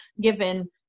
given